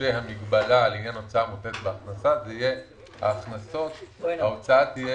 שהמגבלה לעניין הוצאה המותנית בהכנסה תהיה - ההוצאה תהיה